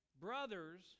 brothers